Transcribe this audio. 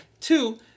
Two